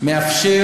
מאפשר